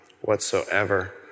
whatsoever